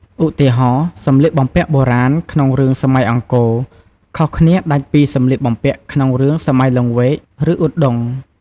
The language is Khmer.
ឧទាហរណ៍ សម្លៀកបំពាក់បុរាណក្នុងរឿងសម័យអង្គរ ខុសគ្នាដាច់ពីសម្លៀកបំពាក់ក្នុងរឿងសម័យលង្វែក ឬឧដុង្គ ។